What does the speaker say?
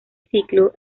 ciclo